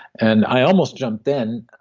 and i almost jumped in,